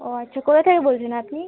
ও আচ্ছা কোথা থেকে বলছেন আপনি